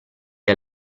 the